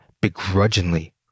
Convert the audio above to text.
begrudgingly